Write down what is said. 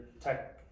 tech